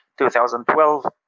2012